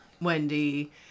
Wendy